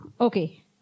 Okay